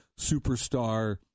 superstar